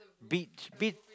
beach beach